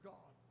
God